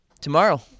tomorrow